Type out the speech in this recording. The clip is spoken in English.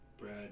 Brad